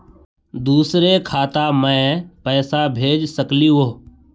दुसरे खाता मैं पैसा भेज सकलीवह?